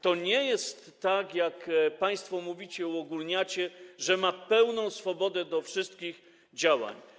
To nie jest tak - jak państwo mówicie, uogólniacie - że ma pełną swobodę wszystkich działań.